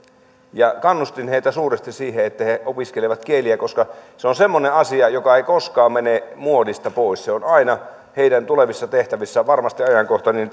kannustin heitä suuresti siihen että he opiskelevat kieliä koska se on semmoinen asia joka ei koskaan mene muodista pois ja se on aina heidän tulevissa tehtävissään varmasti ajankohtainen